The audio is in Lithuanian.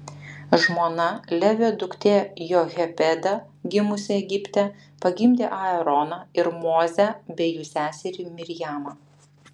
žmona levio duktė jochebeda gimusi egipte pagimdė aaroną ir mozę bei jų seserį mirjamą